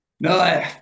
No